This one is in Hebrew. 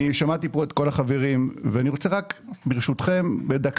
אני שמעתי פה את כל החברים ואני רוצה רק ברשותכם בדקה